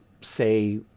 say